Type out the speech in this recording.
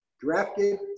drafted